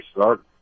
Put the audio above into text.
start